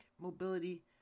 mobility